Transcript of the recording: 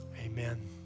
amen